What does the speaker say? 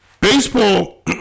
Baseball